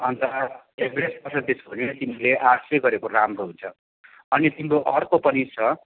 अन्त average percentage हो भने तिमीले आर्ट्सै गरेको राम्रो हुन्छ अनि तिम्रो अर्को पनि छ